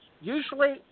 usually